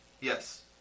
Yes